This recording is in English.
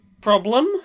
problem